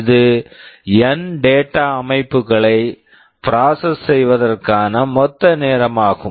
இது என் N data data அமைப்புகளை ப்ராஸஸ் process செய்வதற்கான மொத்த நேரமாகும்